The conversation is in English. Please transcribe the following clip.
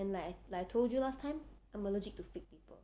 then like like I told you last time I'm allergic to fake people